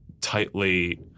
tightly